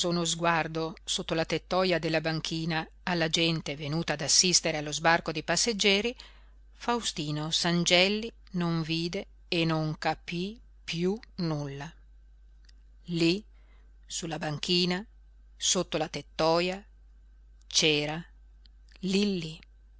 uno sguardo sotto la tettoja della banchina alla gente venuta ad assistere allo sbarco dei passeggeri faustino sangelli non vide e non capí piú nulla lí su la banchina sotto la tettoja c'era lillí